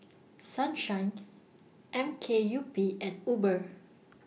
Sunshine M K U P and Uber